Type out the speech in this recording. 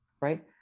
right